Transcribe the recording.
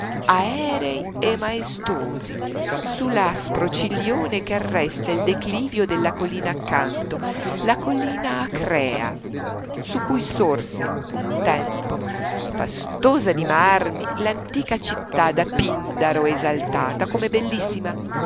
aerei e maestosi su l'aspro ciglione che arresta il declivio della collina accanto la collina akrea su cui sorse un tempo fastosa di marmi l'antica città da pindaro esaltata come bellissima